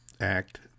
Act